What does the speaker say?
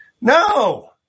No